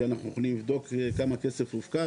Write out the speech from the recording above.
כי אנחנו נבדוק כמה כסף הופקד,